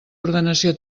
ordenació